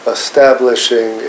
establishing